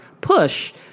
push